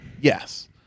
Yes